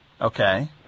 Okay